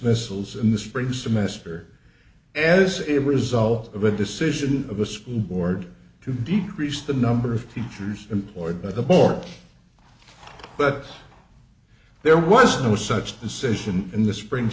dismissals in the spring semester as a result of a decision of a school board to decrease the number of teachers employed by the board but there was no such decision in the spring